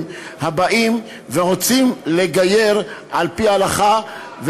הבאים ורוצים להתגייר על-פי ההלכה,